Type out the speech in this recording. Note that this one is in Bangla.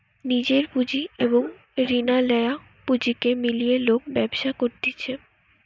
নিজের পুঁজি এবং রিনা লেয়া পুঁজিকে মিলিয়ে লোক ব্যবসা করতিছে